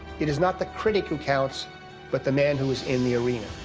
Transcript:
it is not the critic who counts but the man who is in the arena.